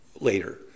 later